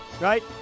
right